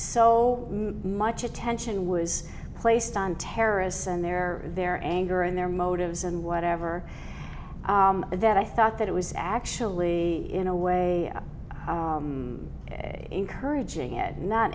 so much attention was placed on terrorists and their their anger and their motives and whatever that i thought that it was actually in a way encouraging it not